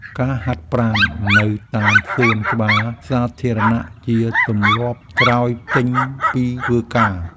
ការហាត់ប្រាណនៅតាមសួនច្បារសាធារណៈជាទម្លាប់ក្រោយចេញពីធ្វើការ។